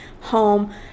home